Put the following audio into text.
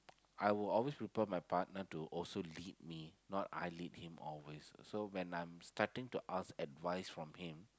I will always prefer my partner to also lead me not I lead him always so when I'm starting to ask advice from him